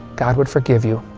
god would forgive you.